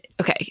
okay